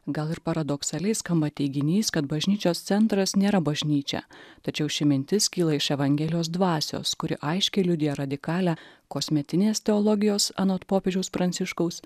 gal ir paradoksaliai skamba teiginys kad bažnyčios centras nėra bažnyčia tačiau ši mintis kyla iš evangelijos dvasios kuri aiškiai liudija radikalią kosmetinės teologijos anot popiežiaus pranciškaus